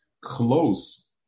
close